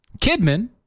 Kidman